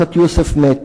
מדחת יוסף מת,